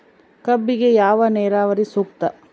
ಕಬ್ಬಿಗೆ ಯಾವ ನೇರಾವರಿ ಸೂಕ್ತ?